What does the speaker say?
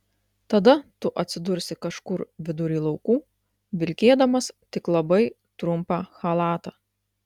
tada tu atsidursi kažkur vidury laukų vilkėdamas tik labai trumpą chalatą